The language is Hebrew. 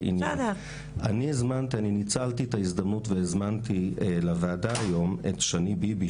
אני ניצלתי את ההזדמנות והזמנתי לוועדה היום את שני ביבי,